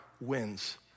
wins